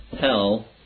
hell